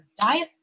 diet